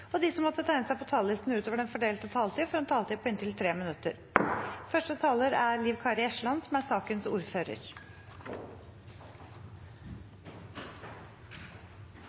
og de som måtte tegne seg på talerlisten utover den fordelte taletid, får også en taletid på inntil 3 minutter. Stortinget behandler i dag den første